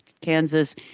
Kansas